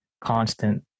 constant